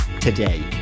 today